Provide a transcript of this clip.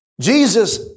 Jesus